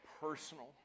personal